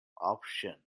option